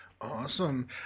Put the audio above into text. Awesome